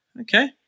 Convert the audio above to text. Okay